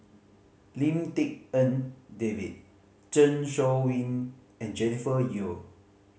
Lim Tik En David Zeng Shouyin and Jennifer Yeo